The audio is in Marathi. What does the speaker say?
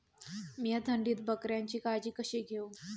मीया थंडीत बकऱ्यांची काळजी कशी घेव?